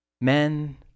Men